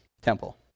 temple